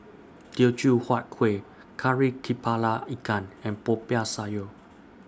Teochew Huat Kuih Kari Kepala Ikan and Popiah Sayur